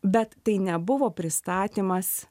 bet tai nebuvo pristatymas